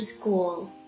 School